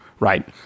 Right